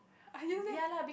are you there